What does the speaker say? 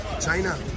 China